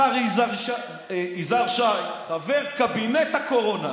השר יזהר שי, חבר קבינט הקורונה,